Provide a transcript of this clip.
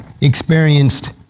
experienced